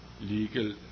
legal